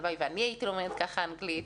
הלוואי ואני הייתי לומדת ככה אנגלית,